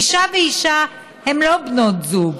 אישה ואישה הן לא בנות זוג,